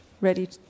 ready